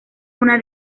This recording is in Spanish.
una